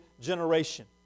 generation